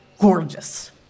gorgeous